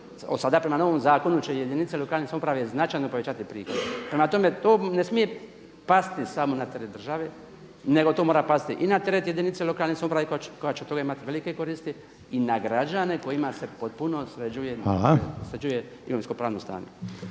sada prema novom zakonu će jedinice lokalne samouprave značajno povećati prihode. Prema tome, to ne smije pasti samo na teret države, nego to mora pasti i na teret jedinice lokalne samouprave koja će od toga imati velike koristi i na građane kojima se potpuno sređuje imovinsko-pravno stanje.